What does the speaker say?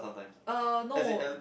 uh no